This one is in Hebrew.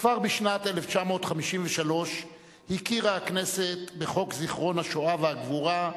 כבר בשנת 1953 הכירה הכנסת בחוק זיכרון השואה והגבורה,